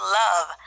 love